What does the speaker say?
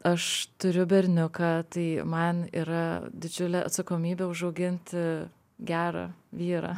aš turiu berniuką tai man yra didžiulė atsakomybė užauginti gerą vyrą